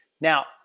Now